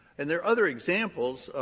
and there are other examples,